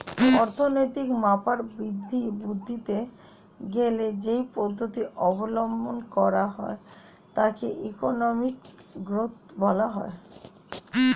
অর্থনৈতিক মাপের বৃদ্ধি বুঝতে গেলে যেই পদ্ধতি অবলম্বন করা হয় তাকে ইকোনমিক গ্রোথ বলা হয়